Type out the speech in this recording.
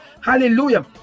Hallelujah